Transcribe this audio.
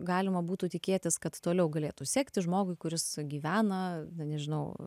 galima būtų tikėtis kad toliau galėtų sektis žmogui kuris gyvena na nežinau